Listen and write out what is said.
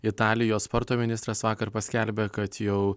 italijos sporto ministras vakar paskelbė kad jau